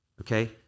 okay